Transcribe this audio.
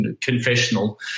confessional